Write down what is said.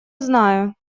знаю